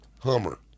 Hummer